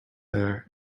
there